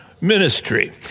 ministry